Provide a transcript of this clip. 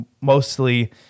mostly